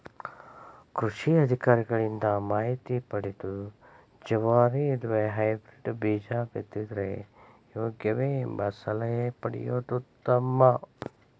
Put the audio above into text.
ಕೃಷಿ ಅಧಿಕಾರಿಗಳಿಂದ ಮಾಹಿತಿ ಪದೆದು ಜವಾರಿ ಇಲ್ಲವೆ ಹೈಬ್ರೇಡ್ ಬೇಜ ಬಿತ್ತಿದರೆ ಯೋಗ್ಯವೆ? ಎಂಬ ಸಲಹೆ ಪಡೆಯುವುದು ಉತ್ತಮ